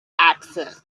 accent